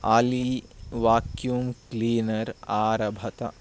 आली vacuum cleaner आरभत